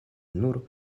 nur